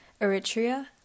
Eritrea